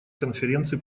конференции